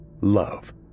love